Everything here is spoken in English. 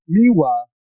Meanwhile